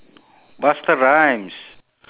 busta rhymes